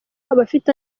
abafite